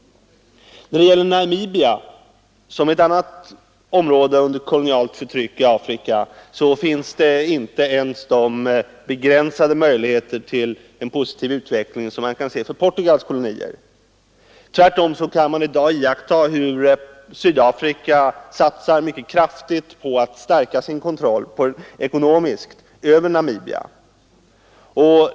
När det gäller Namibia, som är ett annat område under kolonialt förtryck i Afrika, finns inte ens de begränsade möjligheter till en positiv utveckling som man kan se för Portugals kolonier. Tvärtom kan man i dag iaktta hur Sydafrika satsar mycket kraftigt på att stärka sin ekonomiska kontroll över Namibia.